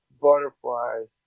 butterflies